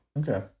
Okay